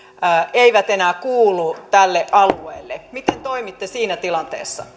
eivät enää kuulu tälle alueelle miten toimitte siinä tilanteessa